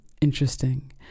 interesting